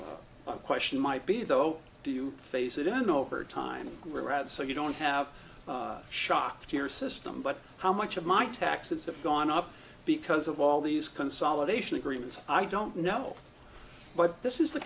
the question might be though do you face it in over time grads so you don't have a shock to your system but how much of my taxes have gone up because of all these consolidation agreements i don't know but this is the